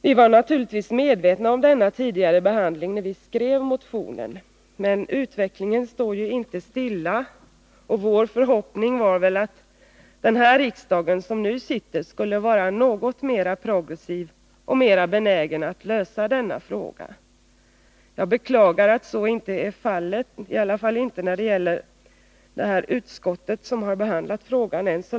Vi var naturligtvis medvetna om denna tidigare behandling när vi skrev motionen, men utvecklingen står ju inte stilla, och vår förhoppning var att den riksdag som nu sitter skulle vara något mer progressiv och mera benägen att lösa denna fråga. Jag beklagar att så inte är fallet, åtminstone inte när det gäller det utskott som har behandlat denna motion.